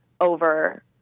over